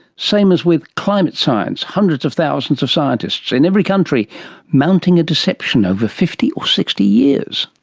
same as with climate science, hundreds of thousands of scientists in every country mounting a deception over fifty or sixty years.